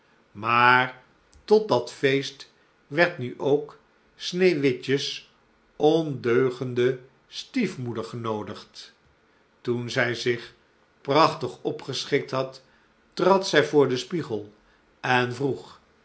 maar tot dat feest werd nu ook sneeuwwitjes ondeugende stiefmoeder genoodigd toen zij zich prachtig opgeschikt had trad zij voor den spiegel en vroeg